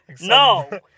no